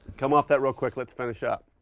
come off that real quick, let's finish up.